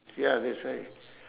ya that's why